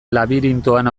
labirintoan